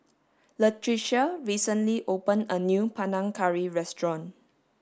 Latricia recently opened a new Panang Curry restaurant